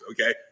okay